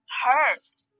herbs